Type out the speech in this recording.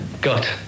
got